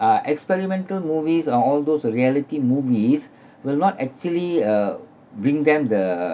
uh experimental movies uh all those reality movies will not actually uh bring them the